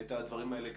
הדברים האלה.